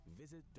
Visit